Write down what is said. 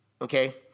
Okay